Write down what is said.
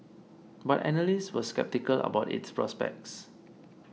but analysts were sceptical about its prospects